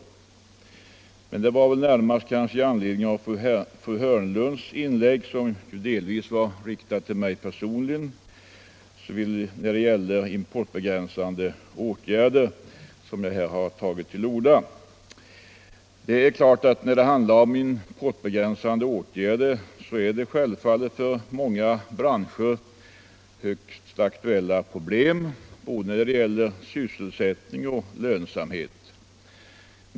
Jag har tagit till orda närmast i anledning av fru Hörnlunds inlägg när det gäller importbegränsande åtgärder, som delvis riktades till mig personligen. En debatt om importbegränsande åtgärder berör självfallet för många branscher högst aktuella problem, vad avser både sysselsättning och lönsamhet.